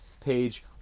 page